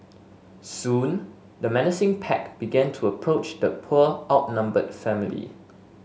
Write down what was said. soon the menacing pack began to approach the poor outnumbered family